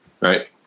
Right